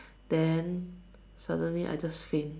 then suddenly I just faint